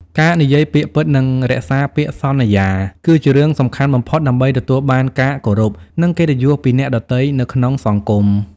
ការនិយាយពាក្យពិត និងរក្សាពាក្យសន្យា គឺជារឿងសំខាន់បំផុតដើម្បីទទួលបានការគោរព និងកិត្តិយសពីអ្នកដទៃនៅក្នុងសង្គម។